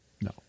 No